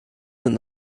sind